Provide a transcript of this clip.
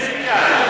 הוא מתפלל אתם.